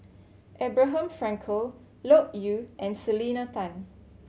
Abraham Frankel Loke Yew and Selena Tan